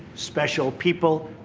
special people,